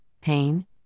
pain